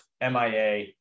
MIA